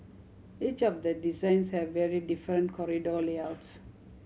each of the designs have very different corridor layouts